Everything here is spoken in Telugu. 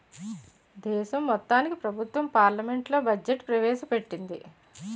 దేశం మొత్తానికి ప్రభుత్వం పార్లమెంట్లో బడ్జెట్ ప్రవేశ పెట్టింది